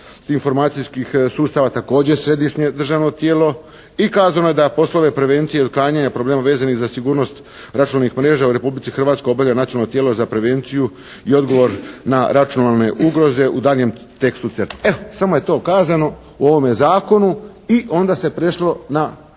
informacijskih sustava također središnje državno tijelo i kazano je da poslove prevencije i uklanjanja problema vezanih za sigurnost računalnih …/Govornik se ne razumije./… u Republici Hrvatskoj obavlja nacionalno tijelo za prevenciju i odgovor na računalne ugroze, u daljnjem tekstu …/Govornik se ne razumije./… E samo je to kazano u ovome Zakonu i onda se prešlo na